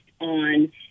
on